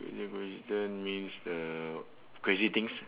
the coincidence means the crazy things